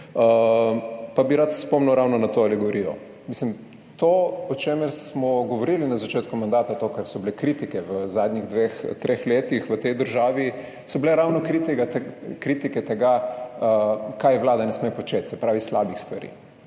pa bi rad spomnil ravno na to alegorijo. To, o čemer smo govorili na začetku mandata, to, kar so bile kritike v zadnjih dveh, treh letih v tej državi, so bile ravno kritike tega, kaj vlada ne sme početi, se pravi slabih stvari.